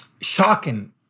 shocking